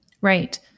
Right